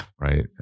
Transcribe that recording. Right